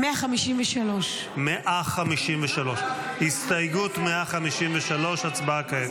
153. הסתייגות 153, הצבעה כעת.